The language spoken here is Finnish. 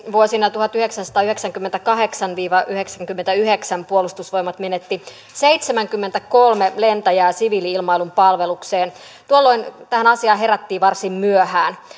vuosina tuhatyhdeksänsataayhdeksänkymmentäkahdeksan viiva yhdeksänkymmentäyhdeksän puolustusvoimat menetti seitsemänkymmentäkolme lentäjää siviili ilmailun palvelukseen tuolloin tähän asiaan herättiin varsin myöhään